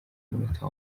munota